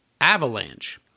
Avalanche